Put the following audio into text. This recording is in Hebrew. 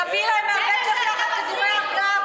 תביא להם הרבה כדורי הרגעה,